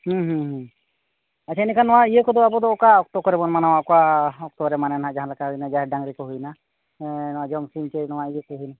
ᱟᱪᱪᱷᱟ ᱤᱱᱟᱹ ᱠᱷᱟᱱ ᱱᱚᱣᱟ ᱤᱭᱟᱹ ᱠᱚᱫᱚ ᱟᱵᱚ ᱫᱚ ᱚᱠᱟ ᱚᱠᱛᱚ ᱠᱚᱨᱮ ᱵᱚᱱ ᱢᱟᱱᱟᱣᱟ ᱚᱠᱟ ᱚᱠᱛᱚ ᱨᱮ ᱢᱟᱱᱮ ᱱᱟᱦᱟᱸᱜ ᱡᱟᱦᱟᱸ ᱞᱮᱠᱟ ᱡᱟᱦᱮᱨ ᱰᱟᱝᱨᱤ ᱠᱚ ᱦᱩᱭᱮᱱᱟ ᱱᱚᱣᱟ ᱡᱚᱢ ᱥᱤᱢ ᱥᱮ ᱱᱚᱣᱟ ᱤᱭᱟᱹ ᱠᱚ ᱦᱩᱭᱮᱱᱟ